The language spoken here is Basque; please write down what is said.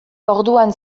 orduan